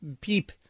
peep